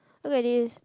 look at this